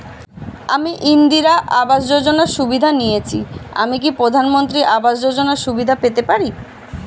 আমি ইন্দিরা আবাস যোজনার সুবিধা নেয়েছি আমি কি প্রধানমন্ত্রী আবাস যোজনা সুবিধা পেতে পারি?